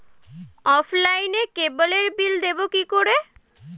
অফলাইনে ক্যাবলের বিল দেবো কি করে?